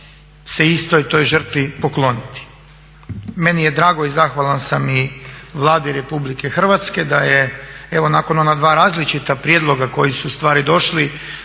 se istoj toj žrtvi pokloniti. Meni je drago i zahvalan sam i Vladi Republike Hrvatske da je evo nakon ona dva različita prijedloga koji su ustvari došli